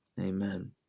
Amen